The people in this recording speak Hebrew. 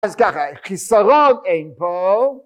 אז ככה, חיסרון אין פה